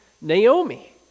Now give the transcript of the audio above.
Naomi